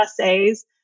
essays